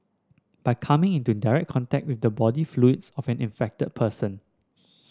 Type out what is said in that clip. by coming into direct contact with the body fluids of an infected person